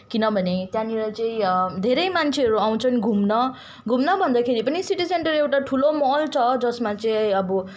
किनभने त्यहाँनिर चाहिँ धेरै मान्छेहरू आउँछन् घुम्न घुम्न भन्दाखेरि पनि सिटी सेन्टर एउटा ठुलो मल छ जसमा चाहिँ अब